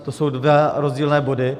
To jsou dva rozdílné body.